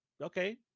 Okay